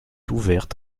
ouverte